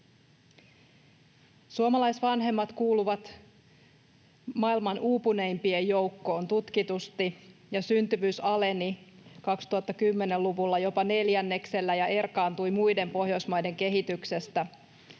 Suomalaisvanhemmat kuuluvat tutkitusti maailman uupuneimpien joukkoon, ja syntyvyys aleni 2010-luvulla jopa neljänneksellä ja erkaantui muiden Pohjoismaiden kehityksestä.